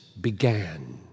began